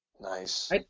Nice